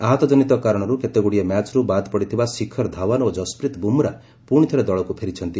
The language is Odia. ଆହତ କନିତ କାରଣରୁ କେତେଗୁଡ଼ିଏ ମ୍ୟାଚ୍ରୁ ବାଦ୍ ପଡ଼ିଥିବା ଶିଖର ଧାଓ୍ପନ ଓ ଯଶପ୍ରୀତ ବୁମରା ପୁଣିଥରେ ଦଳକୁ ଫେରିଛନ୍ତି